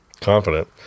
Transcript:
Confident